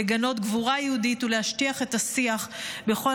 לגנות גבורה יהודית ולהשטיח את השיח בכל